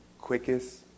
quickest